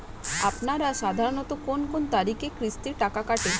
আপনারা সাধারণত কোন কোন তারিখে কিস্তির টাকা কাটে?